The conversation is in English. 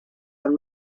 and